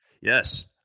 Yes